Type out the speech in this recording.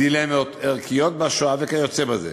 דילמות ערכיות בשואה, וכיוצא בזה.